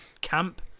camp